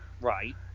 Right